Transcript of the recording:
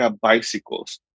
bicycles